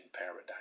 paradise